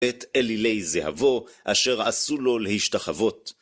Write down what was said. את אלילי זהבו אשר עשו לו להשתחוות.